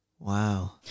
Wow